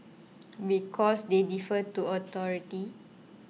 because they defer to authority